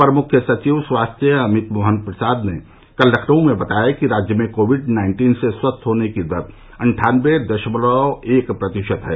अपर मुख्य सचिव स्वास्थ्य अमित मोहन प्रसाद ने कल लखनऊ में बताया कि राज्य में कोविड नाइन्टीन से स्वस्थ होने की दर अट्ठानबे दशमलव एक प्रतिशत है